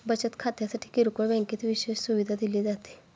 बचत खात्यासाठी किरकोळ बँकेत विशेष सुविधा दिली जाते